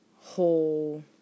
whole